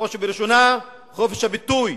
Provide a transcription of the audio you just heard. בראש ובראשונה חופש הביטוי,